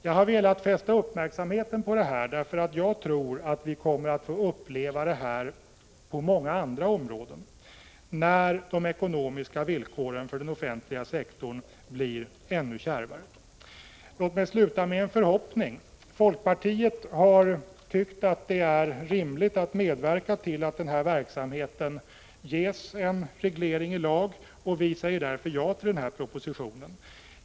Jag har velat fästa uppmärksamheten på detta, eftersom jag tror att vi kommer att få uppleva att liknande förhållanden uppstår på många andra områden när de ekonomiska villkoren för den offentliga sektorn blir ännu kärvare. Låt mig sluta med en förhoppning: Folkpartiet har tyckt att det är rimligt att medverka till att verksamheten med uppdragsutbildning ges en reglering i lag, och vi säger därför ja till propositionen.